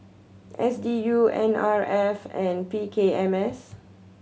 S D U N R F and P K M S